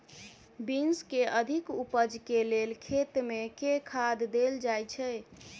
Beans केँ अधिक उपज केँ लेल खेत मे केँ खाद देल जाए छैय?